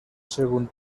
según